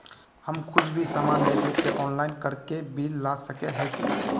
हम कुछ भी सामान लेबे ते ऑनलाइन करके बिल ला सके है की?